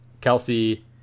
kelsey